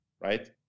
right